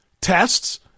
tests